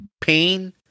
pain